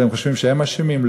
אתם חושבים שהם אשמים?